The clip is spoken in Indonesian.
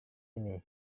ini